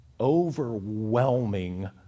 overwhelming